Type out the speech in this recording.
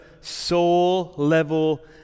soul-level